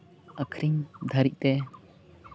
ᱟᱹᱠᱷᱨᱤᱧ ᱫᱷᱟᱹᱨᱤᱡ ᱛᱮ